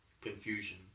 confusion